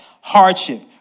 hardship